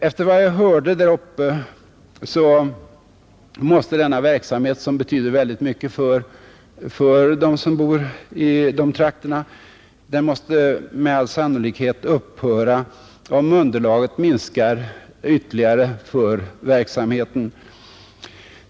Efter vad jag hörde där uppe kommer denna verksamhet, som betyder väldigt mycket för dem som bor i dessa trakter, med all sannolikhet att upphöra om underlaget minskar ytterligare för verksamheten.